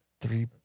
three